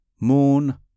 moon